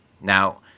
now